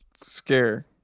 scare